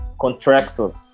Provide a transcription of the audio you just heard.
contractor